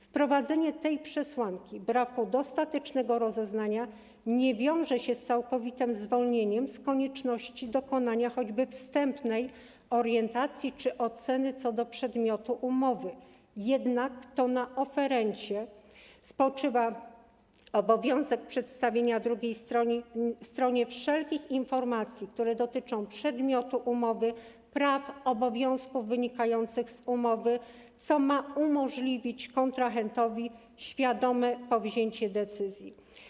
Wprowadzenie przesłanki braku dostatecznego rozeznania nie wiąże się z całkowitym zwolnieniem z konieczności dokonania choćby wstępnej orientacji czy oceny co do przedmiotu umowy, jednak to na oferencie spoczywa obowiązek przedstawienia drugiej stronie wszelkich informacji, które dotyczą przedmiotu umowy, praw, obowiązków wynikających z umowy, co ma umożliwić kontrahentowi świadome podjęcie decyzji.